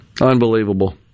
Unbelievable